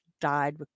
died